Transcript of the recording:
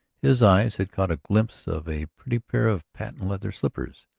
his eyes had caught a glimpse of a pretty pair of patent-leather slippers,